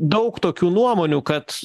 daug tokių nuomonių kad